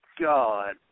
God